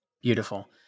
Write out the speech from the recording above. Beautiful